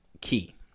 key